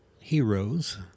heroes